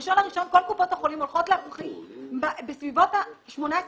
ב-1 בינואר כל קופות החולים הולכות להפחית בסביבות 20-18